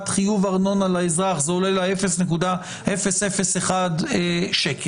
חיוב ארנונה לאזרח זה עולה לה 0.001 ₪.